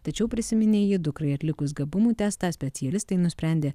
tačiau prisiminė ji dukrai atlikus gabumų testą specialistai nusprendė